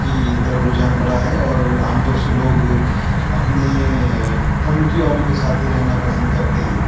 کہ طرف رجحان بڑھا ہے اور عام طور سے لوگ اپنے کمیونٹی والوں کے ساتھ ہی رہنا پسند کرتے ہیں